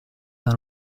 dans